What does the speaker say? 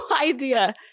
idea